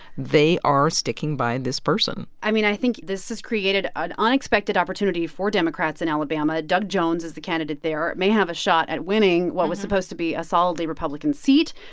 they are sticking by and this person i mean, i think this has created an unexpected opportunity for democrats in alabama. doug jones is the candidate there may have a shot at winning was supposed to be a solidly republican seat.